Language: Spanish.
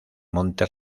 monte